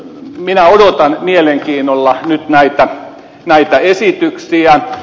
minä odotan mielenkiinnolla nyt näitä esityksiä